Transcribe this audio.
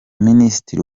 minisitiri